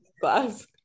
class